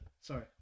sorry